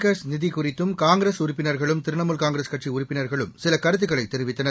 CARES நிதி குறித்தும் காங்கிரஸ் உறுப்பினர்களும் திரிணாமுல் காங்கிரஸ் கட்சி உறுப்பினர்களும் சில கருத்துக்களை தெரிவித்தனர்